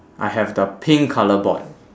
I have the pink colour board